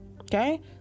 Okay